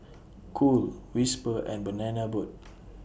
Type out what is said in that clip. Cool Whisper and Banana Boat